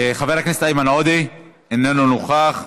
חבר הכנסת איימן עודה, אינו נוכח.